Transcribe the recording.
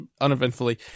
uneventfully